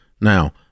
now